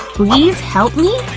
please, help me?